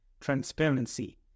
transparency